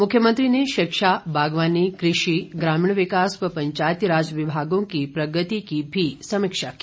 मुख्यमंत्री ने शिक्षा बागवानी कृषि ग्रामीण विकास व पंचायती राज विभागों की प्रगति की भी समीक्षा की